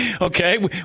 Okay